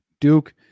Duke